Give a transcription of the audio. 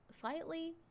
slightly